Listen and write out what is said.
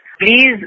please